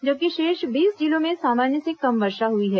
जबकि शेष बीस जिलों में सामान्य से कम वर्षा हुई है